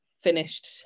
finished